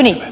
kyllä